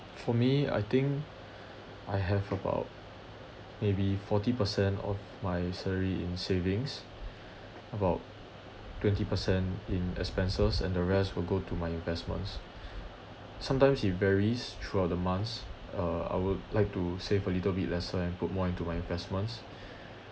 for me I think I have about maybe forty percent of my salary in savings about twenty percent in expenses and the rest will go to my investments sometimes it varies throughout the month uh I would like to save a little bit lesser and put more into my investments